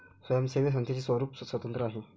स्वयंसेवी संस्थेचे स्वरूप स्वतंत्र आहे